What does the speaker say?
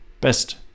Best